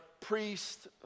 priest